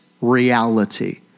reality